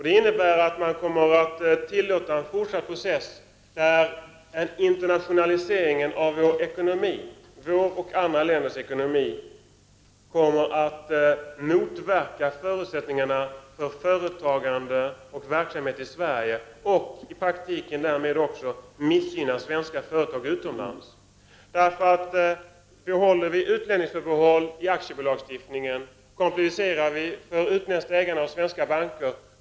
Det innebär också att regeringen kommer att tillåta en fortsatt process, där internationaliseringen av vårt lands och andra länders ekonomi kommer att motverka förutsättningarna för företagande och verksamhet i Sverige och i praktiken därmed också missgynna svenska företag utomlands. Behålls utlänningsförbehållet i aktiebolagslagstiftningen kompliceras nämligen utländskt ägande av svenska banker.